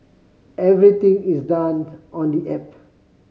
everything is done on the app